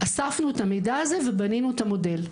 אספנו את המידע הזה ובנינו את המודל.